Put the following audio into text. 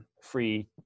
free